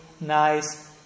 nice